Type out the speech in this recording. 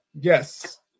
Yes